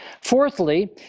Fourthly